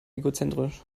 egozentrisch